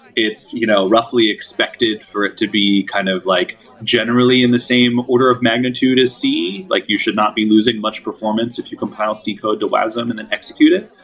it's you know roughly expected for it to be kind of like generally in the same order of magnitude as c. like you should not be losing much performance if you compile c code to wasm and then execute it.